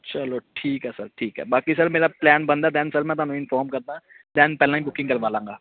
ਚਲੋ ਠੀਕ ਹੈ ਸਰ ਠੀਕ ਹੈ ਬਾਕੀ ਸਰ ਮੇਰਾ ਪਲੈਨ ਬਣਦਾ ਦੈਨ ਸਰ ਮੈਂ ਤੁਹਾਨੂੰ ਇਨਫੋਰਮ ਕਰਦਾ ਦੈਨ ਪਹਿਲਾਂ ਹੀ ਬੁਕਿੰਗ ਕਰਵਾ ਲਾਂਗਾ